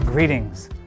Greetings